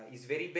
is very